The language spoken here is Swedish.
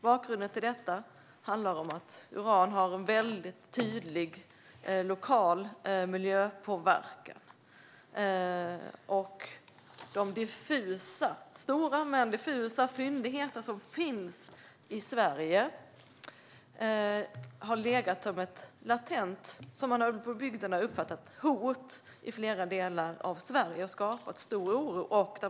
Bakgrunden till detta är att uran har en väldigt tydlig lokal miljöpåverkan, och de stora men diffusa fyndigheter som finns i Sverige har legat som ett latent hot - så har man uppfattat det ute i bygderna - i flera delar av Sverige och skapat stor oro.